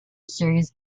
series